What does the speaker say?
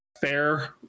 fair